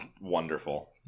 wonderful